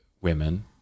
women